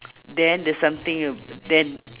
then the something wi~ then